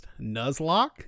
Nuzlocke